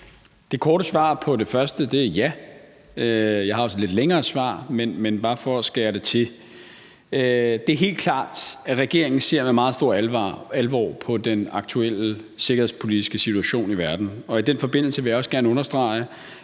Det korte svar på det første er ja. Jeg har også et lidt længere svar, men det er bare for at skære det til. Det er helt klart, at regeringen ser med meget stor alvor på den aktuelle sikkerhedspolitiske situation i verden, og i den forbindelse vil jeg også gerne understrege,